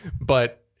But-